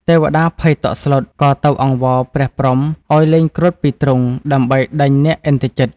ទេវតាភ័យតក់ស្លុត ក៏ទៅអង្វរព្រះព្រហ្មឱ្យលែងគ្រុឌពីទ្រុង ដើម្បីដេញនាគឥន្ទ្រជិត។